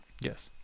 Yes